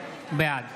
בעד